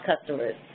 customers